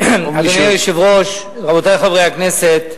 או מישהו, אדוני היושב-ראש, רבותי חברי הכנסת,